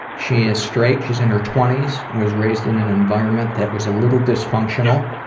she is straight, she is in her twenty s. was raised in an environment that was a little dysfunctional.